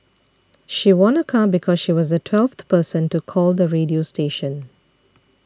she won a car because she was the twelfth person to call the radio station